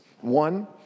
One